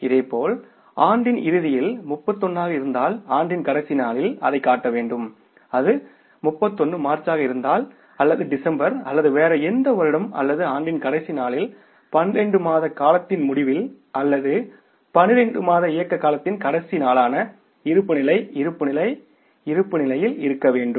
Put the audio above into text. இதேபோல் ஆண்டின் இறுதியில் 31 ஆக இருந்தால் ஆண்டின் கடைசி நாளில் அதைக் காட்ட வேண்டும் அது 31 மார்ச் ஆக இருந்தால் அல்லது டிசம்பர் அல்லது வேறு எந்த வருடமும் அல்லது ஆண்டின் கடைசி நாளில் 12 மாத காலத்தின் முடிவில் அல்லது 12 மாத இயக்க காலத்தின் கடைசி நாளான இருப்புநிலை இருப்புநிலை இருப்பு நிலையில் இருக்க வேண்டும்